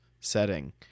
setting